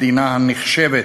מדינה הנחשבת